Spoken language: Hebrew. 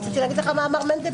רציתי להגיד לך מה אמר מנדלבליט.